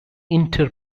inter